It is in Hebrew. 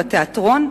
בתיאטרון?